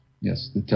yes